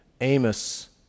Amos